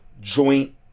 Joint